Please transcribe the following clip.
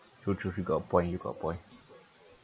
true true you got a point you got a point